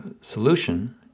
solution